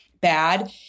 bad